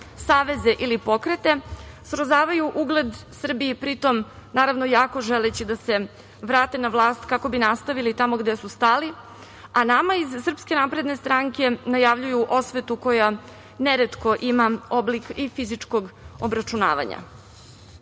saveze ili pokrete srozavaju ugled Srbije i pri tom, naravno, jako želeći da se vrate na vlast kako bi nastavili tamo gde su stali, a nama iz SNS najavljuju osvetu koja neretko ima oblik i fizičkog obračunavanja. Vlast